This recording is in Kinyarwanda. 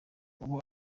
ubu